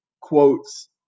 quotes